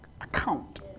account